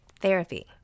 Therapy